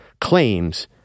claims